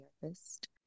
Therapist